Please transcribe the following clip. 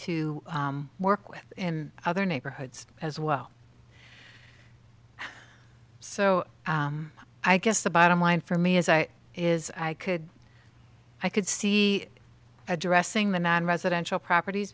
to work with in other neighborhoods as well so i guess the bottom line for me is i is i could i could see addressing the not residential properties